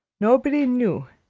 nobody knew,